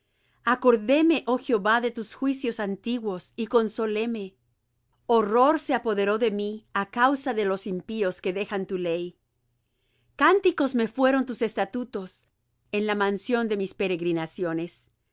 acordéme oh jehová de tus juicios antiguos y consoléme horror se apoderó de mí á causa de los impíos que dejan tu ley cánticos me fueron tus estatutos en la mansión de mis peregrinaciones